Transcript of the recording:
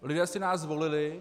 Lidé si nás zvolili.